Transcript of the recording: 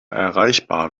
erreichbar